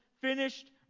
finished